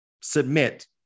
submit